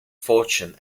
fortune